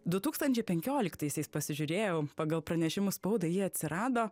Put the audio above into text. du tūkstančiai penkioliktaisiais pasižiūrėjau pagal pranešimus spaudai ji atsirado